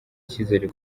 icyizere